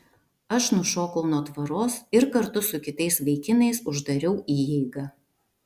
aš nušokau nuo tvoros ir kartu su kitais vaikinais uždariau įeigą